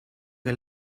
che